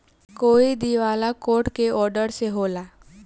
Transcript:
कोई दिवाला कोर्ट के ऑर्डर से होला